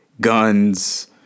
guns